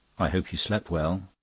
i hope you slept well,